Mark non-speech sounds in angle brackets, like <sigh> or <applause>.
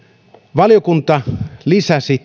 valiokunta lisäsi <unintelligible>